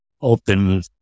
open